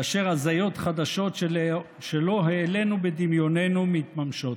כאשר הזיות חדשות שלא העלינו בדמיוננו מתממשות.